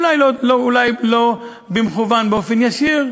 אולי לא במכוון, באופן ישיר,